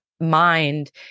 mind